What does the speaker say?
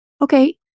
Okay